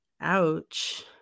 Ouch